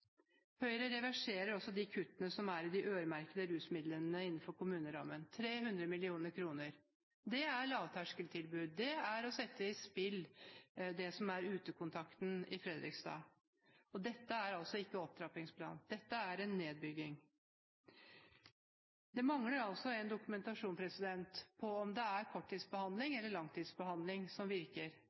Høyre vil også reversere de kuttene som er i de øremerkede rusmidlene innenfor kommunerammen – 300 mill. kr. Det er lavterskel. Det er å sette i spill det som er utekontakten i Fredrikstad. Dette er altså ikke opptrappingsplan – dette er en nedbygging. Det mangler en dokumentasjon på om det er korttidsbehandling eller langtidsbehandling som virker.